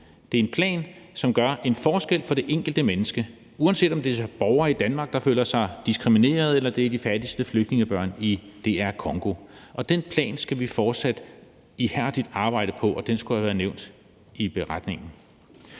Det er en plan, som gør en forskel for det enkelte menneske, uanset om det er borgere i Danmark, der føler sig diskrimineret, eller det er de fattigste flygtningebørn i DR Congo, og den plan skal vi fortsat ihærdigt arbejde på, og den skulle have været nævnt i redegørelsen.